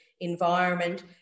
environment